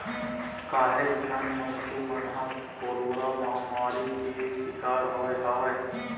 काहेच झन मनखे मन ह कोरोरा महामारी के सिकार होय हवय